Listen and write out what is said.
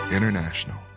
International